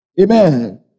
Amen